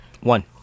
One